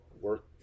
work